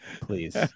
please